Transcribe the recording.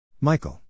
Michael